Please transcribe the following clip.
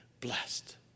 blessed